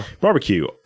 Barbecue